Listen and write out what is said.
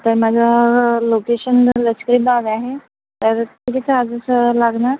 तर माझं लोकेशन लष्करीबाग आहे तर किती चार्जेस लागणार